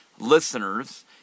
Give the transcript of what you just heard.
listeners